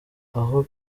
aho